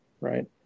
Right